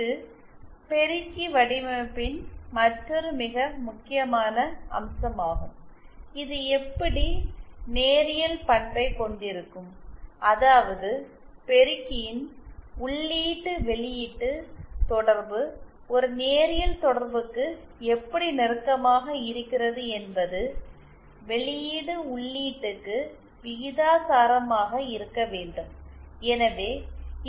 இது பெருக்கி வடிவமைப்பின் மற்றொரு மிக முக்கியமான அம்சமாகும் இது எப்படி நேரியல்பண்பபை கொண்டிருக்கும் அதாவது பெருக்கியின் உள்ளீட்டு வெளியீட்டு தொடர்பு ஒரு நேரியல் தொடர்புக்கு எப்படி நெருக்கமாக இருக்கிறது என்பது வெளியீடு உள்ளீட்டுக்கு விகிதாசாரமாக இருக்க வேண்டும்